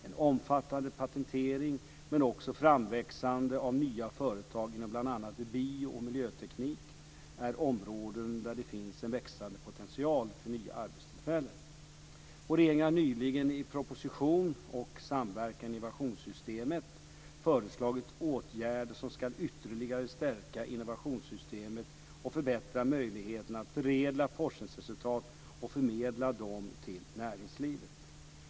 En omfattande patentering, men också framväxten av nya företag inom bland annat bio och miljöteknik, är områden där det finns en växande potential för nya arbetstillfällen. Regeringen har nyligen i propositionen FoU och samverkan i innovationssystemet föreslagit åtgärder som ytterligare ska stärka innovationssystemet och förbättra möjligheterna att förädla forskningsresultat och förmedla dem till näringslivet.